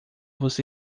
você